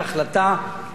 את צו מס השכר.